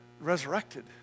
resurrected